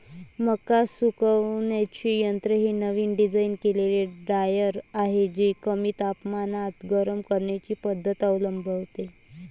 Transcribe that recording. मका सुकवण्याचे यंत्र हे नवीन डिझाइन केलेले ड्रायर आहे जे कमी तापमानात गरम करण्याची पद्धत अवलंबते